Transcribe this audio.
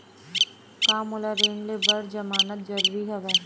का मोला ऋण ले बर जमानत जरूरी हवय?